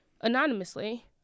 anonymously